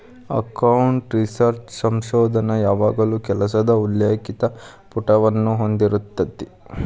account research ಸಂಶೋಧನ ಯಾವಾಗಲೂ ಕೆಲಸದ ಉಲ್ಲೇಖಿತ ಪುಟವನ್ನ ಹೊಂದಿರತೆತಿ